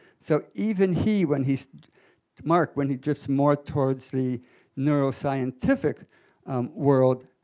so even he, when he mark, when he drifts more towards the neuroscientific world,